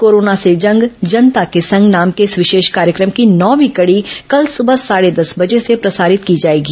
corona से जंग जनता के संग नाम के इस विशेष कार्यक्रम की नौवीं कड़ी कल सुबह साढ़े दस बजे से प्रसारित की जाएगी